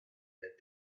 that